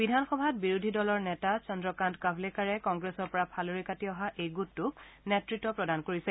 বিধানসভাত বিৰোধী দলৰ নেতা চন্দ্ৰকান্ত কাভলেকাৰে কংগ্ৰেছৰ পৰা ফালৰি কাটি অহা এই গোটটোক নেতৃত্ব প্ৰদান কৰিছে